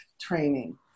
training